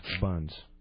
buns